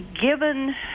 Given